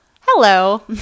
hello